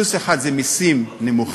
סוס אחד זה מסים נמוכים,